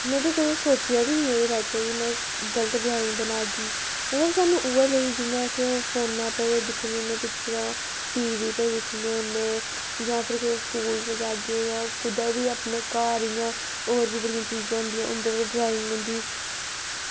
ते में कदें सोचेआ बी निं हा की में कदें गलत ड्राईंग बनागी ते ओह् सानूं उ'ऐ जनेहीं जि'यां अस फोनै पर दिक्खने होने पिक्चरां टीवी पर दिक्खने होने जां फिर कुतै स्कूल च जाह्गे कुतै बी अपने घर जि'यां होर बी बड़ियां चीज़ां होंदियां उं'दे पर ड्राईंग होंदी